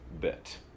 bit